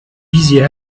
busy